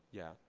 yeah,